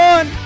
One